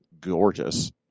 gorgeous